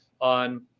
on